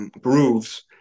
grooves